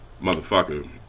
motherfucker